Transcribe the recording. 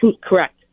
correct